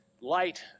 Light